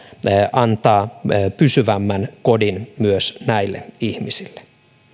antaa pysyvämmän kodin myös näille ihmisille